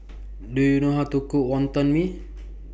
Do YOU know How to Cook Wonton Mee